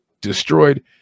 destroyed